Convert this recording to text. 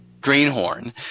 Greenhorn